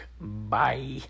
Bye